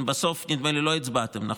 בסוף לא הצבעתם, נדמה לי.